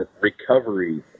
recovery